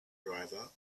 driver